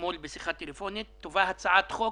אתמול בשיחת טלפון, תובא לכאן הצעת חוק